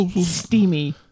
steamy